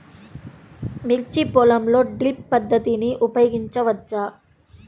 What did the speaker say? మిర్చి పొలంలో డ్రిప్ పద్ధతిని ఉపయోగించవచ్చా?